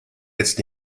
jetzt